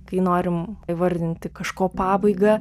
kai norim įvardinti kažko pabaigą